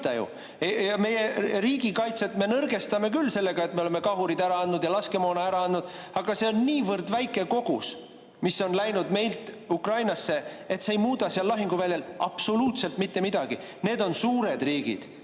ju! Meie riigikaitset me nõrgestame küll sellega, et me oleme kahurid ära andnud ja laskemoona ära andnud, aga see on niivõrd väike kogus, mis on läinud meilt Ukrainasse, et see ei muuda seal lahinguväljal absoluutselt mitte midagi. Need on suured riigid,